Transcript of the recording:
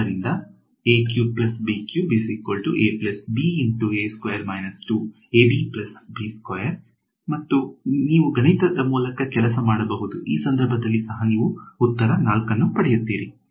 ಆದ್ದರಿಂದ ಮತ್ತು ನೀವು ಗಣಿತದ ಮೂಲಕ ಕೆಲಸ ಮಾಡಬಹುದು ಈ ಸಂದರ್ಭದಲ್ಲಿ ಸಹ ನೀವು ಉತ್ತರ 4 ಅನ್ನು ಪಡೆಯುತ್ತೀರಿ